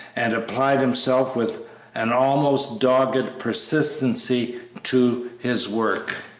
and applied himself with an almost dogged persistency to his work.